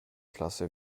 klasse